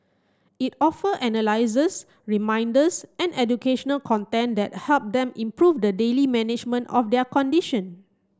it offer analyses reminders and educational content that help them improve the daily management of their condition